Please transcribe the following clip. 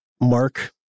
Mark